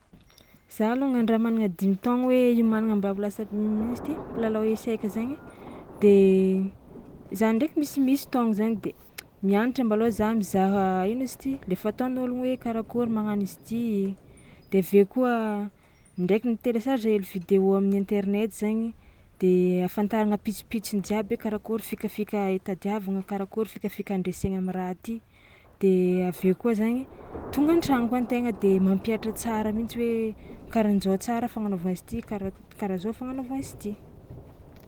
Za alôgnany raha managna dimy taogno hoe iomagnana mba ho lasa ino izy ty mpilalao eseka zagny de za ndraiky misimisy tôa an'zainy de mianatra mbalôha za mizaha ino izy ty le fataon'ologno hoe karakôry magnano izy ty de avy eo koa ndraiky mi-télécharge hely vidéo amin'ny internet zaigny de ahafantarana pisopitsony jiaby hoe karakôry fikafika itadiavagna, karakôry fikafika andresegna am'raha ty de avy koa zagny tonga an-tragno koa an-tegna de mampihatra tsara mihitsy hoe karaha an-jao tsara fagnanaovana izy ty kara- karaha zao fagnanaovana izy ty.